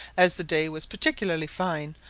as the day was particularly fine,